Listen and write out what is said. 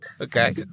Okay